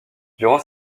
durant